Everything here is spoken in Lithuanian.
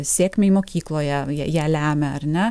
sėkmei mokykloje ją ją lemia ar ne